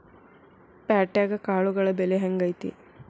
ಪ್ಯಾಟ್ಯಾಗ್ ಕಾಳುಗಳ ಬೆಲೆ ಹೆಂಗ್ ಐತಿ?